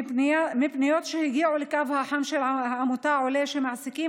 מפניות שהגיעו לקו החם של העמותה עולה שמעסיקים